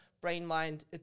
brain-mind